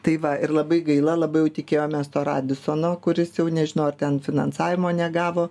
tai va ir labai gaila labai jau tikėjomės to radisono kuris jau nežinau ar ten finansavimo negavo